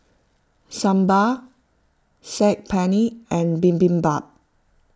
Sambar Saag Paneer and Bibimbap